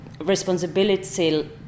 responsibility